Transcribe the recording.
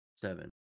Seven